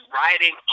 riding